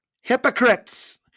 Hypocrites